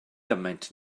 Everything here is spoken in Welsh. gymaint